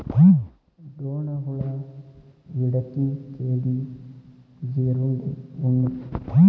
ಡೋಣ ಹುಳಾ, ವಿಡತಿ, ಕೇಡಿ, ಜೇರುಂಡೆ, ಉಣ್ಣಿ